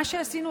מה שעשינו,